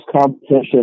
competition